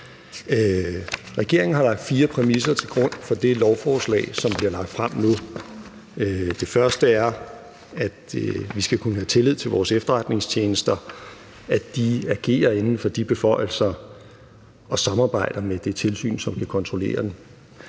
Regeringen har lagt fire præmisser til grund for det lovforslag, som vi har lagt frem nu. Det første er, at vi skal kunne have tillid til vores efterretningstjenester, at de agerer inden for de beføjelser og samarbejder med det tilsyn, som jo kontrollerer dem.